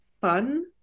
fun